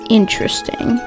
interesting